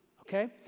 okay